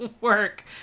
work